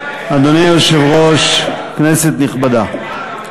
אדוני היושב-ראש, כנסת נכבדה,